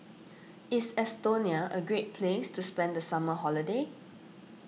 is Estonia a great place to spend the summer holiday